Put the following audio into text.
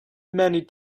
many